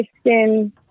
skin